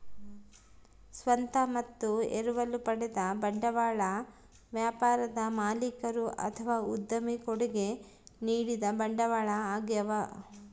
ಸ್ವಂತ ಮತ್ತು ಎರವಲು ಪಡೆದ ಬಂಡವಾಳ ವ್ಯಾಪಾರದ ಮಾಲೀಕರು ಅಥವಾ ಉದ್ಯಮಿ ಕೊಡುಗೆ ನೀಡಿದ ಬಂಡವಾಳ ಆಗ್ಯವ